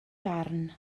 farn